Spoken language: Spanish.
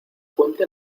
puente